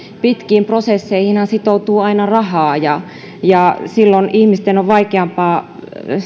pitkiin prosesseihinhan sitoutuu aina rahaa ja ja silloin ihmisten on vaikeampaa